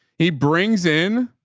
he brings in